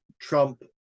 Trump